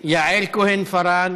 יעל כהן-פארן,